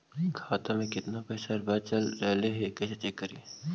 खाता में केतना पैसा बच रहले हे कैसे चेक करी?